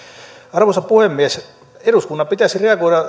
arvoisa puhemies eduskunnan pitäisi reagoida